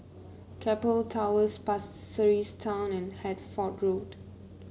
Keppel Towers Pasir Ris Town and Hertford Road